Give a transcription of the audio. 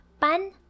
pan